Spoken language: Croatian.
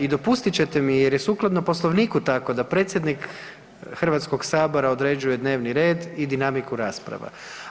I dopustit ćete mi jer je sukladno Poslovniku tako, da predsjednik Hrvatskog sabora određuje dnevni red i dinamiku rasprava.